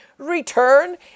return